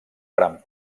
gran